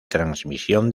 transmisión